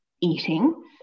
eating